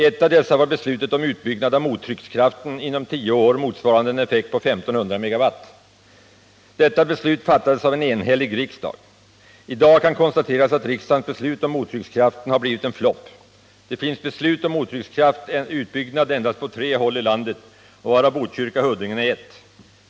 Ett av dessa var beslutet om utbyggnad av mottryckskraften inom tio år, motsvarande en effekt av 1 500 MW. Detta beslut fattades av en enhällig riksdag. I dag kan konstateras att riksdagens beslut om mottryckskraften har blivit en flopp. Det finns beslut om mottrycksutbyggnad endast på tre håll i landet, varav Botkyrka Huddinge är ett.